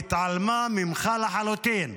היא התעלמה ממך לחלוטין,